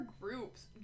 groups